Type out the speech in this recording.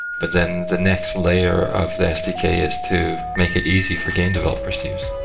but then the next layer of the sdk is to make it easy for game developers to use